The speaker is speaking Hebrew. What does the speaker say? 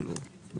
כאילו,